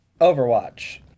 overwatch